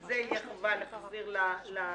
את זה יהיה חובה להחזיר ללקוח.